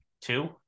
two